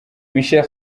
michael